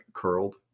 curled